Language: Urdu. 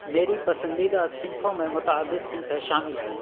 میری پسندیدہ صنفوں میں متعدد صنفیں شامل ہیں